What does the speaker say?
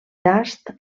tast